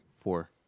four